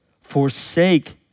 Forsake